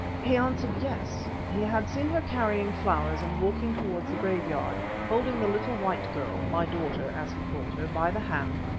he answered yes. he had seen her carrying flowers and walking towards the graveyard, holding the little white girl my daughter as he called her, by the hand,